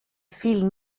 vielen